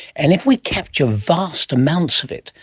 and if we capture vast amounts of it,